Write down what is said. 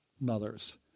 mothers